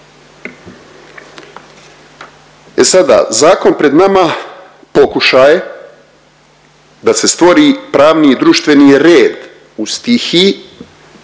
E sada, zakon pred nama pokušaj je da se stvori pravni i društveni red u stihiji